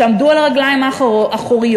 שעמדו על הרגליים האחוריות,